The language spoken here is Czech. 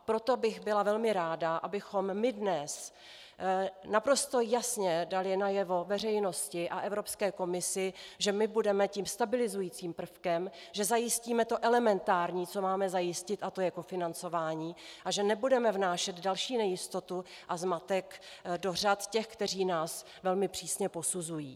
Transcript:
Proto bych byla velmi ráda, abychom dnes naprosto jasně dali veřejnosti a Evropské komisi najevo, že budeme tím stabilizujícím prvkem, že zajistíme to elementární, co máme zajistit, a to je kofinancování, a že nebudeme vnášet další nejistotu a zmatek do řad těch, kteří nás velmi přísně posuzují.